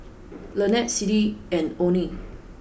Lynette Siddie and Oney